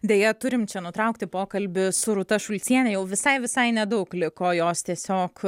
deja turim čia nutraukti pokalbį su rūta šulciene jau visai visai nedaug liko jos tiesiog